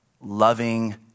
loving